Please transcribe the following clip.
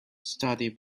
studied